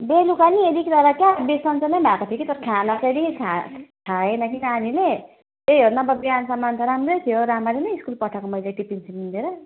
बेलुका नि अलिक तर क्या बिसञ्चो नै भएको थियो कि तर खाना फेरि खा खाएन कि नानीले त्यही हो नभए बिहानसम्म त राम्रै थियो रामरी नै स्कुल पठाएको मैले टिफिनसिफिन दिएर